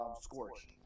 scorch